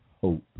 hope